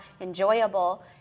enjoyable